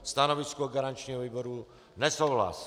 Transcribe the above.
Stanovisko garančního výboru je nesouhlasné.